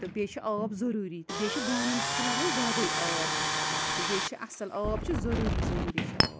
تہٕ بیٚیہِ چھِ آب ضٔروٗری تہٕ بیٚیہِ چھِ بانَن تہِ چھِ لَگان زیادَے آب تہٕ بیٚیہِ چھِ اَصٕل آب چھُ ضٔروٗری ضٔروٗری چھِ آب